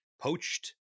poached